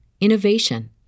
innovation